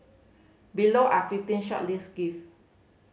below are fifteen shortlisted gift